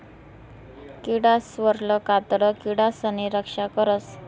किडासवरलं कातडं किडासनी रक्षा करस